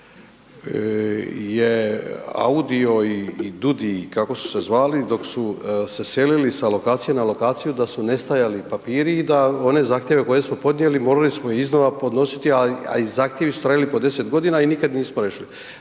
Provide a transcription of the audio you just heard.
je AUDI-o i DUUDI, kako su se zvali dok su se selili s lokacije na lokaciju da su nestajali papiri i da one zahtjeve koje smo podnijeli morali smo iznova podnositi a i zahtjevi su trajali po 10 godina i nikad nismo riješili.